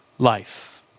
Life